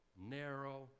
narrow